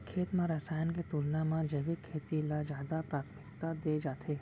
खेत मा रसायन के तुलना मा जैविक खेती ला जादा प्राथमिकता दे जाथे